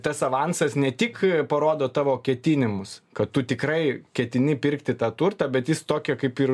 tas avansas ne tik parodo tavo ketinimus kad tu tikrai ketini pirkti tą turtą bet jis tokio kaip ir